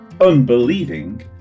unbelieving